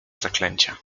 zaklęcia